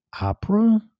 opera